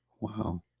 Wow